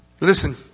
Listen